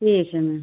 ठीक है मैम